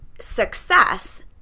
success